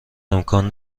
امکان